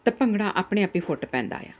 ਤਾਂ ਭੰਗੜਾ ਆਪਣੇ ਆਪ ਹੀ ਫੁੱਟ ਪੈਂਦਾ ਆ